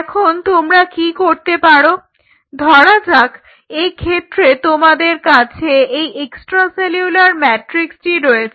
এখন তোমরা কি করতে পারো ধরা যাক এক্ষেত্রে তোমাদের কাছে এই এক্সট্রাসেলুলার ম্যাট্রিক্সটি রয়েছে